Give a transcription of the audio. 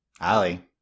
Ali